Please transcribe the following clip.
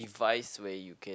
device where you can